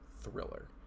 thriller